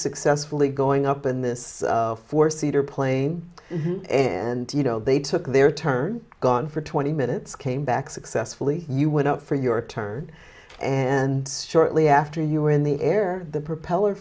successfully going up in this four seater plane and you know they took their turn gone for twenty minutes came back successfully you went out for your turn and shortly after you were in the air the propeller